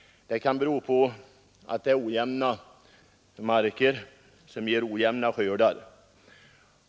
Det kan bero på att det är sådana marker som ger ojämna skördar.